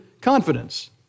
confidence